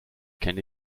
kenne